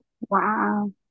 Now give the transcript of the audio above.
Wow